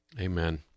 Amen